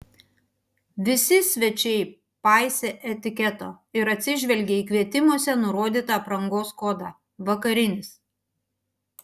visi svečiai paisė etiketo ir atsižvelgė į kvietimuose nurodytą aprangos kodą vakarinis